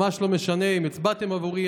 ממש לא משנה אם הצבעתם עבורי,